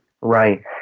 Right